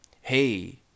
Hey